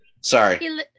Sorry